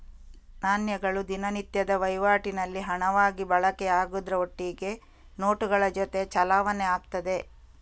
ನಾಣ್ಯಗಳು ದಿನನಿತ್ಯದ ವೈವಾಟಿನಲ್ಲಿ ಹಣವಾಗಿ ಬಳಕೆ ಆಗುದ್ರ ಒಟ್ಟಿಗೆ ನೋಟುಗಳ ಜೊತೆ ಚಲಾವಣೆ ಆಗ್ತದೆ